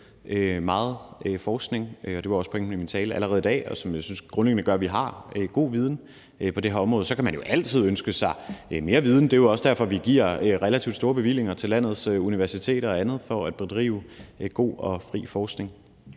meget forskning – og det var også pointen i min tale – allerede i dag, hvilket jeg grundlæggende synes gør, at vi har god viden på det her område. Så kan man jo altid ønske sig mere viden. Det er jo også derfor, vi giver relativt store bevillinger til landets universiteter og andet, så de kan bedrive god og fri forskning.